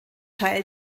teil